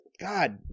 God